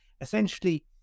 essentially